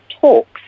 talks